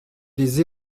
des